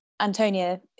Antonia